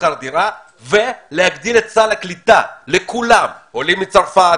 בשכר דירה ולהגדיל את סל הקליטה לכולם עולי מצרפת,